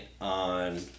on